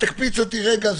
תקפיץ אותי רגע,